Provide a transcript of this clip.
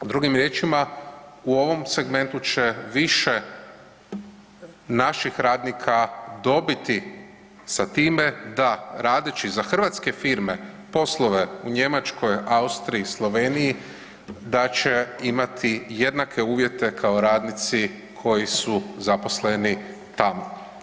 Drugim riječima, u ovom segmentu će više naših radnika dobiti sa time da radeći za hrvatske firme poslove u Njemačkoj, Austriji, Sloveniji da će imati jednake uvjete kao radnici koji su zaposleni tamo.